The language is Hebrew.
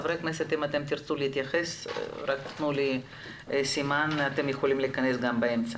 אם חברי הכנסת ירצו להתייחס אתם יכולים להכנס גם באמצע.